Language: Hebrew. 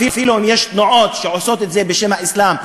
אפילו אם יש תנועות שעושות את זה בשם האסלאם,